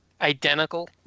Identical